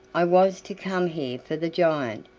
i was to come here for the giant,